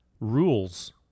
rules